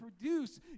produce